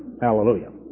Hallelujah